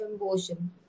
emotion